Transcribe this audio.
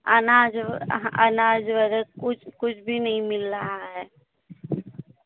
अनाज अनाज वगैरह कुछ कुछ भी नहीं मिल रहा है